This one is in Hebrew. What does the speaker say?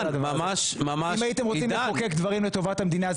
אם הייתם רוצים לחוקק דברים לטובת המדינה,